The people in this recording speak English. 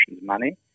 money